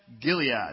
Gilead